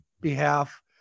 behalf